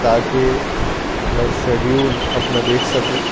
تاکہ میں شیڈیول اپنا دیکھ سکوں